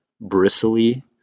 bristly